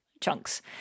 chunks